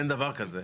אין דבר כזה.